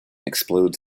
explodes